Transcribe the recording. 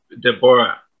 Deborah